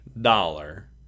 dollar